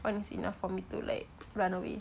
one is enough for me to like run away